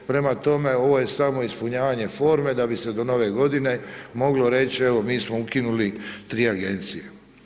Prema tome ovo je samo ispunjavanje forme da bi se do Nove godine moglo reći evo mi smo ukinuli 3 agencije.